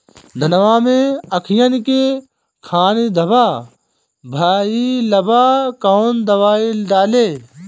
धनवा मै अखियन के खानि धबा भयीलबा कौन दवाई डाले?